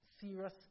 serious